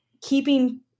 keeping